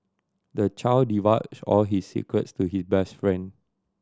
the child divulged all his secrets to his best friend